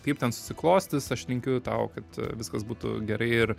kaip ten susiklostys aš linkiu tau kad viskas būtų gerai ir